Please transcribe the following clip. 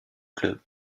club